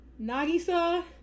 nagisa